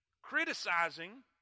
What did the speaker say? criticizing